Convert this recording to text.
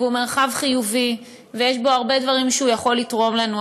הוא מרחב חיובי ויש בו הרבה דברים שהוא יכול לתרום לנו,